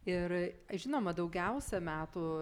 ir žinoma daugiausia metų